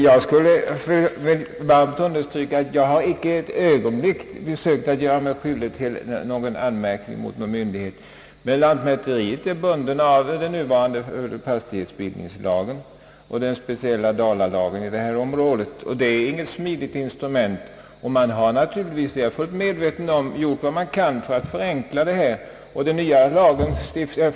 Jag vill understryka att jag inte ett ögonblick försökt rikta anmärkning mot någon myndighet. Men lantmäteriet är bundet av den nuvarande fastighetsbildningslagen och den speciella dalalagen på detta område, och det är inte något smidigt instrument. Man har naturligtvis gjort vad man kan för att åstadkomma förenklingar, det är jag fullt medveten om.